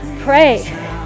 pray